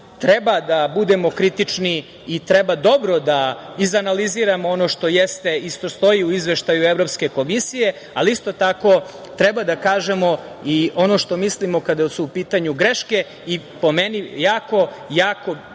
treba da budemo kritični i treba da izanaliziramo ono što jeste i što stoji u Izveštaju Evropske komisije, ali isto tako treba da kažemo i ono što mislimo kada su u pitanju greške i jako, jako